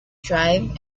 drive